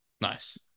Nice